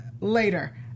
later